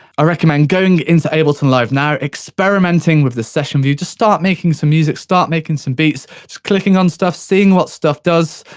i recommend going into ableton live now, experimenting with the session view, just start making some music, start making some beats, just clicking on stuff, seeing what stuff does,